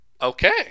Okay